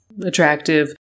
attractive